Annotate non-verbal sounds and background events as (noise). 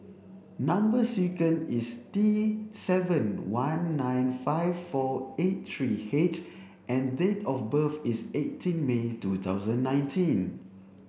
number (unintelligible) is T seven one nine five four eight three H and date of birth is eighteen May two thousand nineteen